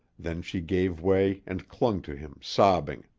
then she gave way and clung to him, sobbing.